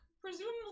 presumably